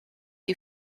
you